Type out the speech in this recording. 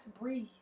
breathe